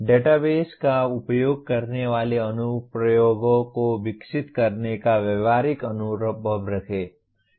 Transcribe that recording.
database का उपयोग करने वाले अनुप्रयोगों को विकसित करने का व्यावहारिक अनुभव रखें